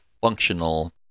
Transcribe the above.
functional